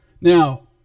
Now